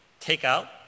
takeout